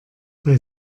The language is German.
bei